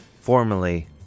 formerly